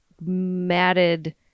matted